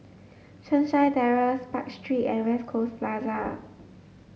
sunshine Terrace Park Street and West Coast Plaza